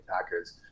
attackers